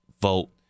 vote